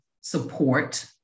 support